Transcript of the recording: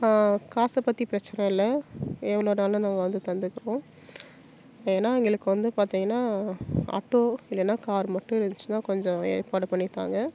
காசை பற்றி பிரச்சனை இல்லை எவ்வளோனாலும் நாங்கள் வந்து தந்துக்கிறோம் ஏன்னா எங்களுக்கு வந்து பார்த்திங்கன்னா ஆட்டோ இல்லைன்னா கார் மட்டும் இருந்துச்சுன்னா கொஞ்சம் ஏற்பாடு பண்ணித்தாங்க